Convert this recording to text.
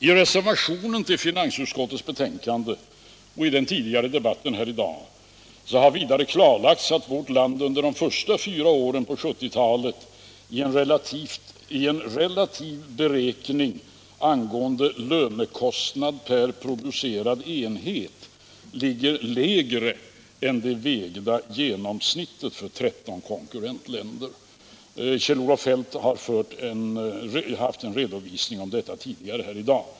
I reservationen till finansutskottets betänkande och i den tidigare debatten här i dag har vidare klarlagts att vårt land under de första fyra åren på 1970-talet i en relativ beräkning av lönekostnad per producerad enhet ligger lägre än det vägda genomsnittet för 13 konkurrentländer. Kjell-Olof Feldt har redovisat detta tidigare här i dag.